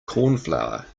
cornflour